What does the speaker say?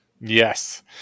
yes